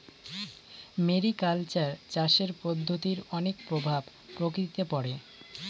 mariculture চাষের পদ্ধতির অনেক প্রভাব প্রকৃতিতে পড়ে